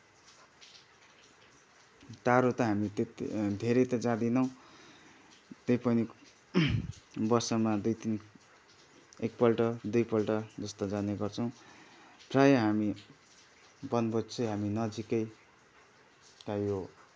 टाढा त हामी त्यति धेरै त जादैँनौ त्यही पनि वर्षमा दुई तिन एकपल्ट दुईपल्ट जस्तो जाने गर्छौँ प्राय हामी बनभोज चाहिँ हामी नजिकै त यो जलढाका खोला बिन्दु